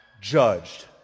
judged